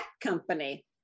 company